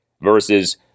versus